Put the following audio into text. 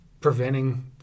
preventing